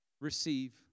Receive